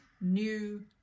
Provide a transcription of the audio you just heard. new